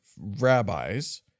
rabbis